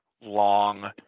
long